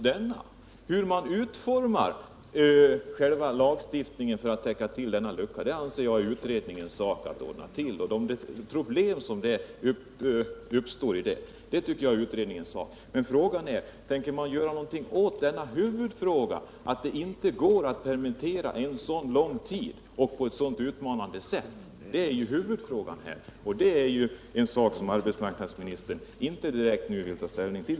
Det är utredningens sak att utforma själva lagstiftningen så att den täpper till denna lucka. Men frågan är: Vad tänker man göra åt det förhållandet att det inte går att permittera en så lång tid och på ett så utmanande sätt? Det är ju huvudfrågan, vilken arbetsmarknadsministern tydligen inte vill ta ställning till.